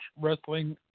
wrestling